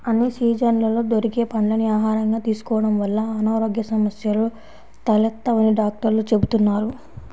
అన్ని సీజన్లలో దొరికే పండ్లని ఆహారంగా తీసుకోడం వల్ల అనారోగ్య సమస్యలు తలెత్తవని డాక్టర్లు చెబుతున్నారు